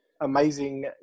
amazing